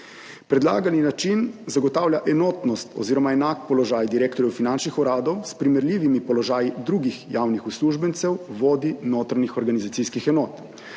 Predlagani način zagotavlja enotnost oziroma enak položaj direktorjev finančnih uradov s primerljivimi položaji drugih javnih uslužbencev, vodij notranjih organizacijskih enot.